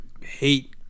hate